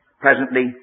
presently